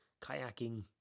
kayaking